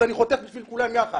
אז אני חוטף בשביל כולם יחד.